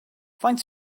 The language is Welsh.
faint